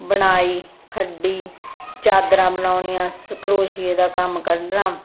ਬੁਣਾਈ ਖੱਡੀ ਚਾਦਰਾਂ ਬਣਾਉਣੀਆਂ ਕਰੋਸ਼ੀਏ ਦਾ ਕੰਮ ਕਰਨਾ